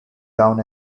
down